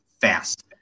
fast